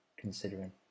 considering